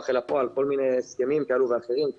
אל הפועל כל מיני הסכמים כאלה ואחרים,